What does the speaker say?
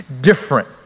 different